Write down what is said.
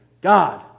God